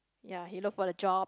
ya he look for the job